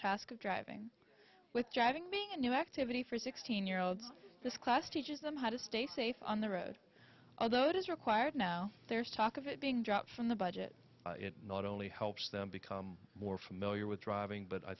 task of driving with driving being a new activity for sixteen year olds this class teaches them how to stay safe on the road although it is required now there's talk of it being dropped from the budget not only helps them become more familiar with driving but i